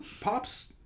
Pop's